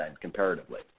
comparatively